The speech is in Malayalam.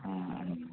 ആ ആ